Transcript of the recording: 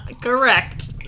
Correct